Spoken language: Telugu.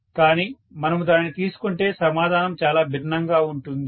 స్టూడెంట్ కానీ మనము దానిని తీసుకుంటే సమాధానం చాలా భిన్నంగా ఉంటుంది